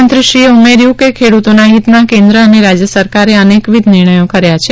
મંત્રીશ્રીએ ઉમેર્યુ કે ખેડૂતોના હિતમાં કેન્દ્ર અને રાજય સરકારે અનેકવિધ નિર્ણયો કર્યા છે